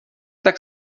tak